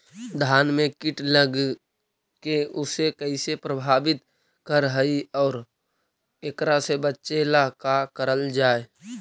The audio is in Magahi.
धान में कीट लगके उसे कैसे प्रभावित कर हई और एकरा से बचेला का करल जाए?